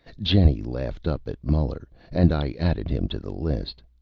jenny laughed up at muller, and i added him to the list.